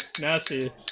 Nasty